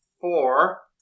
four